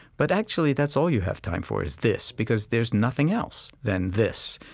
but actually that's all you have time for, is this because there's nothing else than this.